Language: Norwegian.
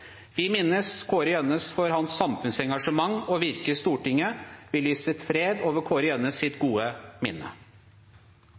Vi minnes Kåre Gjønnes for hans samfunnsengasjement og virke i Stortinget. Vi lyser fred over